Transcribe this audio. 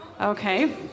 Okay